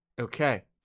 Okay